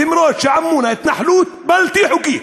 למרות שעמונה היא התנחלות בלתי חוקית.